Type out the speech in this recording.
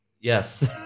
yes